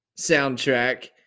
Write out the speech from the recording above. soundtrack